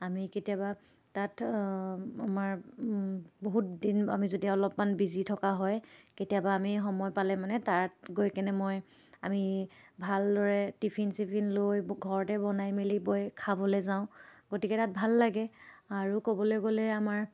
আমি কেতিয়াবা তাত আমাৰ বহুত দিন আমি যদি অলপমান বিজি থকা হয় কেতিয়াবা আমি সময় পালে মানে তাত গৈ কেনে মই আমি ভালদৰে টিফিন চিফিন লৈ ঘৰতে ব বনাই মেলি বৈ খাবলৈ যাওঁ গতিকে তাত ভাল লাগে আৰু ক'বলৈ গ'লে আমাৰ